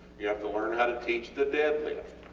you have to learn how to teach the deadlift,